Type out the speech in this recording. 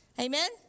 Amen